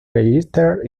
registered